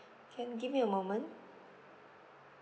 can give me a moment